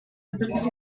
удирдаж